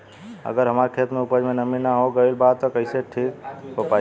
अगर हमार खेत में उपज में नमी न हो गइल बा त कइसे ठीक हो पाई?